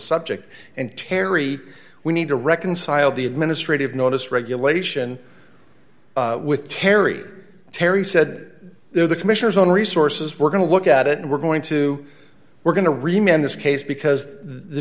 subject and terry we need to reconcile the administrative notice regulation with terry terry said that there the commissioners on resources we're going to look at it and we're going to we're going to remain in this case because the